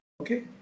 okay